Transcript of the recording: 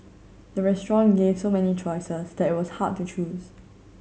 the restaurant gave so many choices that it was hard to choose